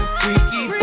freaky